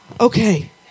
Okay